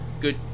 good